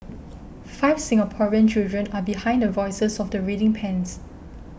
five Singaporean children are behind the voices of the reading pens